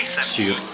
sur